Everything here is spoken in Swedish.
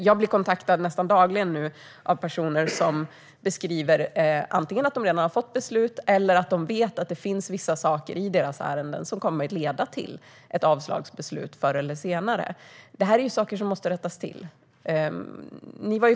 Jag blir kontaktad nästan dagligen av personer som beskriver antingen att de redan har fått beslut eller att de vet att det finns vissa saker i deras ärenden som kommer att leda till ett avslagsbeslut förr eller senare. Detta är saker som måste rättas till.